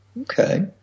Okay